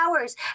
hours